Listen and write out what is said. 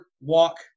walk